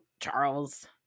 Charles